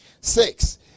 six